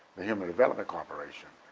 the human development corporation,